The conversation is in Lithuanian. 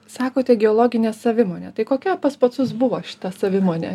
sakote geologinė savimonė tai kokia pas pacus buvo šita savimonė